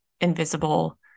invisible